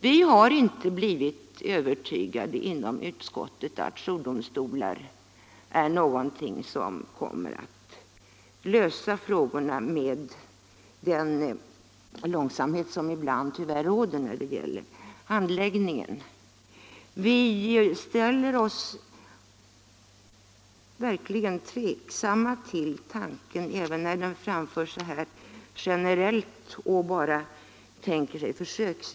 Vi har inom utskottet inte blivit övertygade om att jourdomstolar är något som kommer att lösa frågorna, med tanke på den långsamhet som ibland tyvärr råder när det gäller handläggningen. Vi ställer oss tveksamma till tanken även när den framförs så här generellt och bara avser ett försök.